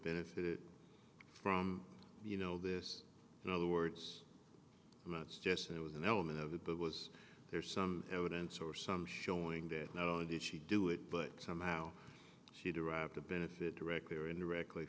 benefited from you know this in other words and that's just it was an element of it that was there some evidence or some showing there not only did she do it but somehow she derived the benefit directly or indirectly